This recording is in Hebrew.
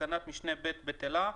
תקנת משנה (ב) בטלה.